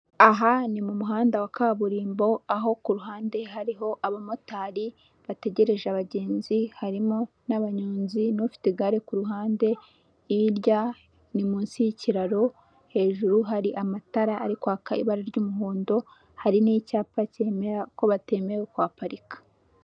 Aha ni mu muhanda wa kaburimbo, aho ku ruhande hariho aba motari bategereje abagenzi, harimo n'abanyonzi, n'ufite igare kuhande, hirya ni munsi y'ikiraro, hejuru hari amatara ari kwaka ibara ry'umuhondo, hari n'icyapa cyemera ko batemewe kuhaparika.